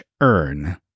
earn